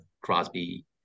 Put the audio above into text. Crosby